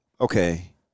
okay